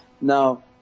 Now